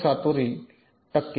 7 टक्के